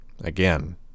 again